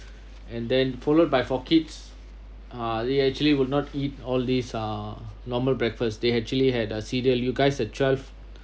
and then followed by four kids ah they actually would not eat all these uh normal breakfast they actually had uh cereal you guys have twelve